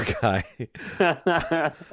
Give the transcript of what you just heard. guy